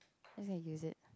I can use it